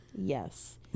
Yes